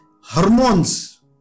hormones